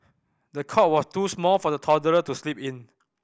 the cot was too small for the toddler to sleep in